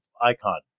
icon